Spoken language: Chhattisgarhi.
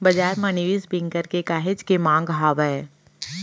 बजार म निवेस बेंकर के काहेच के मांग हावय